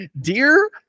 Dear